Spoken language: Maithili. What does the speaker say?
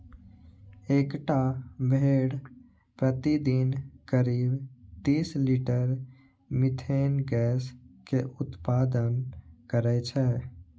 एकटा भेड़ प्रतिदिन करीब तीस लीटर मिथेन गैस के उत्पादन करै छै